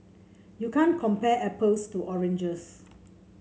you can't compare apples to oranges